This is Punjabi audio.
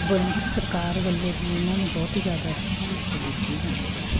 ਬੈਂਕ ਸਰਕਾਰ ਵੱਲੋਂ ਵੀ ਇਹਨਾਂ ਨੂੰ ਬਹੁਤ ਜ਼ਿਆਦਾ ਸਹੂਲਤ ਦਿੱਤੀ ਜਾਂਦੀ ਹੈ